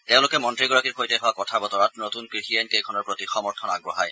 তেওঁলোকে মন্ত্ৰীগৰাকীৰ সৈতে হোৱা কথা বতৰাত নতুন কৃষি আইন কেইখনৰ প্ৰতি সমৰ্থন আগবঢ়ায়